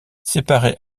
séparée